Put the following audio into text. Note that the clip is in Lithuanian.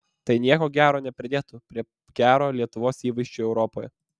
tai nieko gero nepridėtų prie gero lietuvos įvaizdžio europoje